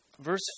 Verse